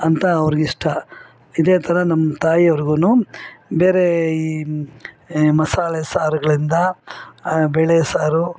ಅಂತ ಅವ್ರಿಗಿಷ್ಟ ಇದೇ ಥರ ನಮ್ಮ ತಾಯಿಯವ್ರಿಗೂ ಬೇರೆ ಈ ಮಸಾಲೆ ಸಾರುಗಳಿಂದ ಬೇಳೆ ಸಾರು